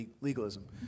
legalism